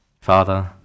Father